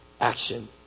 action